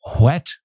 wet